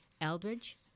Eldridge